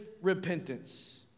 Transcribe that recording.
repentance